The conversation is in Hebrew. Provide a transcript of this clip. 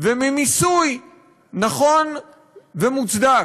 וממיסוי נכון ומוצדק?